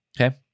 Okay